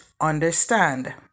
Understand